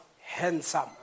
handsome